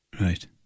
Right